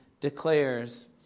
declares